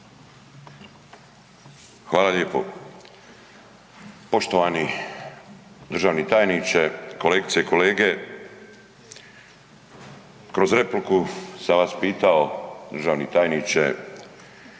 Hvala lijepo. Poštovani državni tajniče, kolegice i kolege. Kroz repliku sam vas pitao državni tajniče,